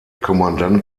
kommandant